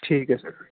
ਠੀਕ ਹੈ ਸਰ